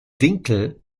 winkel